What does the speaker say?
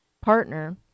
partner